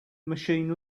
machine